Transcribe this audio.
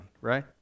Right